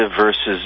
versus